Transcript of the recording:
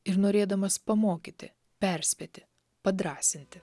ir norėdamas pamokyti perspėti padrąsinti